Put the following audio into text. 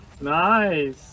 Nice